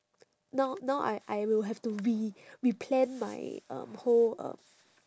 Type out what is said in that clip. now now I I will have to re~ replan my um whole um